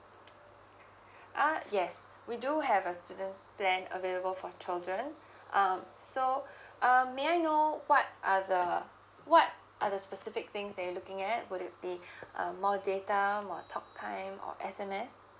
uh yes we do have a student plan available for children um so um may I know what are the what are the specific things that you're looking at would it be um more data more talk time and S_M_S